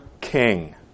King